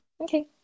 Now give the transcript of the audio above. Okay